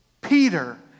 Peter